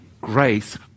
grace